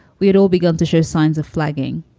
we had all begun to show signs of flagging.